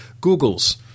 Google's